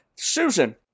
Susan